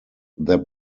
their